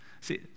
See